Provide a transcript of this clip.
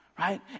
Right